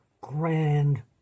grand